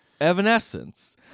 Evanescence